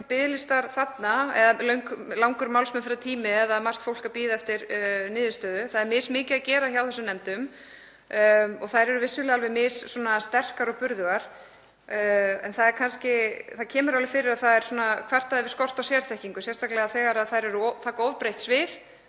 biðlistar þarna eða langur málsmeðferðartími eða margt fólk að bíða eftir niðurstöðu. Það er mismikið að gera hjá þessum nefndum og þær eru vissulega missterkar og -burðugar. En það kemur fyrir að það er kvartað yfir skorti á sérþekkingu, sérstaklega þegar þær taka of breitt svið